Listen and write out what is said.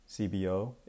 CBO